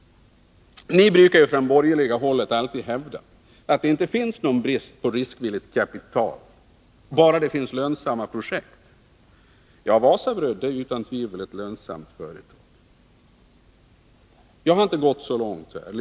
Ni brukar från det borgerliga hållet alltid hävda att det inte är någon brist på riskvilligt kapital bara det finns lönsamma projekt. Ja, Wasabröd är ju utan tvivel ett lönsamt företag.